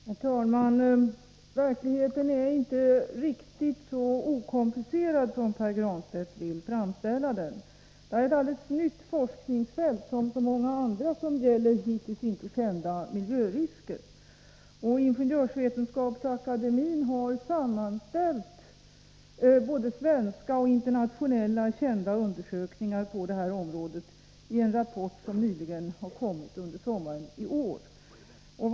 Herr talman! Verkligheten är inte riktigt så okomplicerad som Pär Granstedt vill framställa den. Det här är ett alldeles nytt forskningsfält bland så många andra som gäller hittills inte kända miljörisker. Ingenjörsvetenskapsakademien har sammanställt både svenska och internationellt kända undersökningar på det här området i en rapport som kom under sommaren i år.